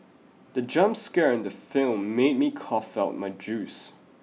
the jump scare in the film made me cough out my juice